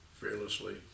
fearlessly